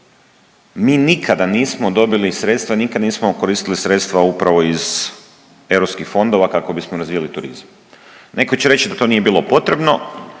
mi nikada nismo dobili sredstva, nikad nismo koristili sredstva upravo iz EU fondova kako bismo razvijali turizam. Netko će reći da to nije bilo potrebno,